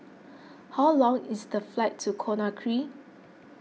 how long is the flight to Conakry